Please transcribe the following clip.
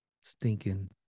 stinking